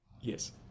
Yes